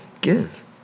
give